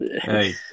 Hey